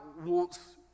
wants